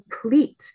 complete